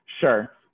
sure